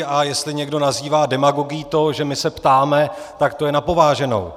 A jestli někdo nazývá demagogií to, že my se ptáme, tak to je na pováženou.